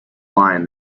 line